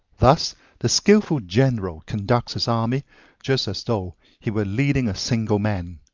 thus the skillful general conducts his army just as though he were leading a single man,